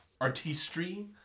artistry